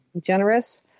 generous